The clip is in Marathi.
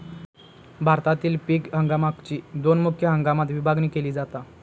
भारतातील पीक हंगामाकची दोन मुख्य हंगामात विभागणी केली जाता